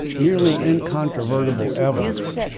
nearly incontrovertible evidence.